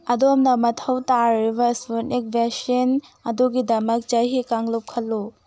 ꯑꯗꯣꯝꯅ ꯃꯊꯧ ꯇꯥꯔꯤꯕ ꯁ꯭ꯄꯨꯠꯅꯤꯛ ꯚꯦꯁꯤꯟ ꯑꯗꯨꯒꯤꯗꯃꯛ ꯆꯍꯤ ꯀꯥꯡꯂꯨꯞ ꯈꯜꯂꯨ